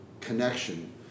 connection